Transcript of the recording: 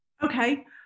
Okay